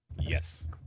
yes